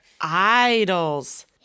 Idols